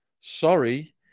Sorry